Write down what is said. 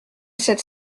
cette